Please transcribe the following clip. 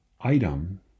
item